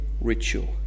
ritual